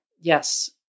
yes